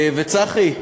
צחי,